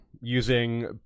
using